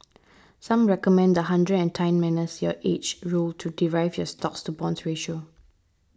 some recommend the hundred and ten minus your age rule to derive your stocks to bonds ratio